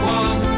one